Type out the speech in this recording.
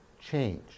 change